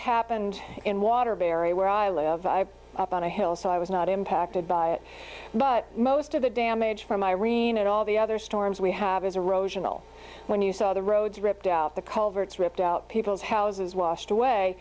happened in waterbury where i live up on a hill so i was not impacted by it but most of the damage from irene and all the other storms we have is a row janelle when you saw the roads ripped out the culverts ripped out people's houses washed away